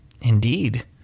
Indeed